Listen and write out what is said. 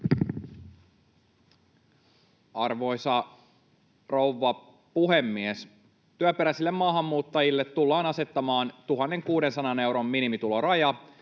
Arvoisa rouva puhemies! Työperäisille maahanmuuttajille tullaan asettamaan 1 600 euron minimituloraja